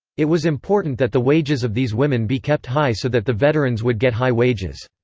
it was important that the wages of these women be kept high so that the veterans would get high wages.